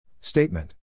Statement